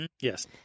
yes